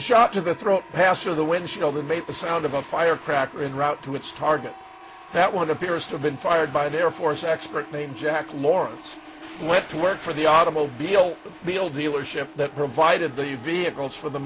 shot to the throat passer the windshield and made a sound of a firecracker and route to its target that one appears to have been fired by the air force expert named jack lawrence went to work for the automobile bill dealership that provided the vehicles for the